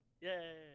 Yay